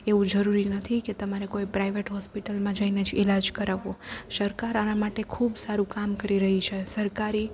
એવું જરૂરી નથી કે તમારે કોઈ પ્રાઈવેટ હોસ્પિટલમાં જઈને જ ઈલાજ કરાવવો સરકાર આના માટે ખૂબ સારું કામ કરી રહી છે સરકારી